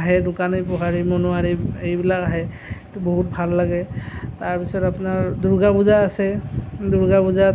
আহে দোকানে পোহাৰে এৰিব নোৱাৰে এইবোৰ আহে এইটো বহুত ভাল লাগে তাৰ পিছত আপোনাৰ দুৰ্গা পূজা আছে দুৰ্গা পূজাত